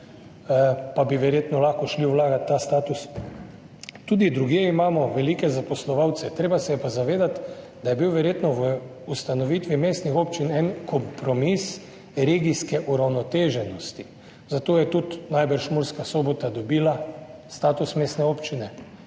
pa bi verjetno lahko šli vlagat ta status tudi drugje. Imamo velike zaposlovalce, treba se je pa zavedati, da je bil verjetno v ustanovitvi mestnih občin en kompromis regijske uravnoteženosti, zato je najbrž Murska Sobota tudi dobila status mestne občine.